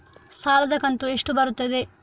ಸಾಲದ ಕಂತು ಎಷ್ಟು ಬರುತ್ತದೆ?